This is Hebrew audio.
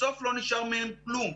בסוף לא נשאר מהם כלום?